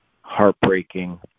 heartbreaking